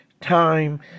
time